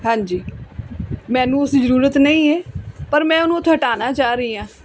ਹਾਂਜੀ ਮੈਨੂੰ ਉਸ ਦੀ ਜ਼ਰੂਰਤ ਨਹੀਂ ਹੈ ਪਰ ਮੈਂ ਉਹਨੂੰ ਉੱਥੋਂ ਹਟਾਉਣਾ ਚਾਹ ਰਹੀ ਹਾਂ